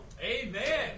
Amen